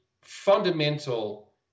fundamental